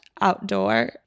outdoor